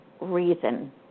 reason